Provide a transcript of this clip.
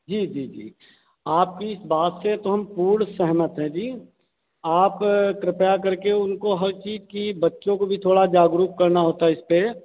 जी जी जी आपकी इस बात से तो हम पूर्ण सहमत हैं जी आप कृपया कर के उनको हर चीज की बच्चों को भी थोड़ा जागरूक करना होता है इससे